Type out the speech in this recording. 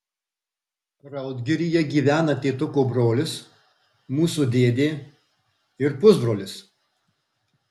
raudgiryje gyvena tėtuko brolis mūsų dėdė ir pusbrolis